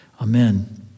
Amen